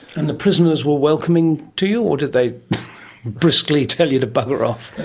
and the prisoners were welcoming to you, or did they briskly tell you to bugger off?